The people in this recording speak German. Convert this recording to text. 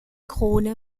krone